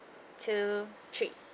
two three